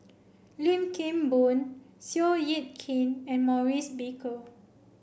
Lim Kim Boon Seow Yit Kin and Maurice Baker